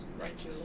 Righteous